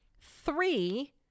Three